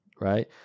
right